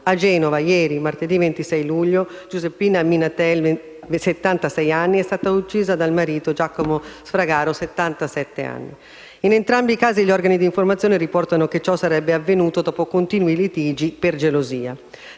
A Genova, ieri, martedì 26 luglio, Giuseppina Minatel, settantasei anni, è stata uccisa dal proprio marito Giacomo Sfragaro, settantasette anni. In entrambi i casi gli organi d'informazione riportano che ciò sarebbe avvenuto dopo continui litigi, per gelosia.